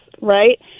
Right